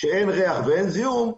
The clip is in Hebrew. ואין ריח ואין זיהום,